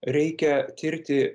reikia tirti